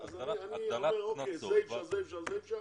אני אומר שזה אי אפשר וזה אי אפשר,